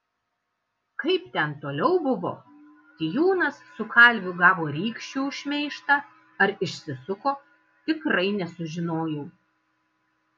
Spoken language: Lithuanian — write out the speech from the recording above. kaip ten toliau buvo tijūnas su kalviu gavo rykščių už šmeižtą ar išsisuko tikrai nesužinojau